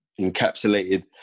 encapsulated